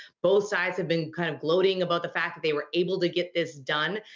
both sides have been kind of gloating about the fact that they were able to get this done.